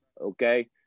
okay